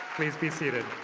please be seated.